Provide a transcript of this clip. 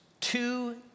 two